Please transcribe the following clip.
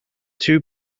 two